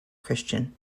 christian